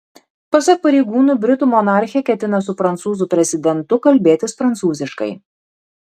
pasak pareigūnų britų monarchė ketina su prancūzų prezidentu kalbėtis prancūziškai